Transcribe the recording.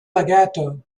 legato